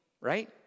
right